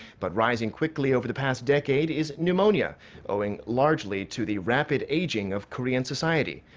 but rising quickly over the past decade is pneumonia owing largely to the rapid aging of korean society.